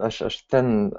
aš aš ten